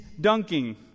dunking